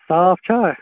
صاف چھا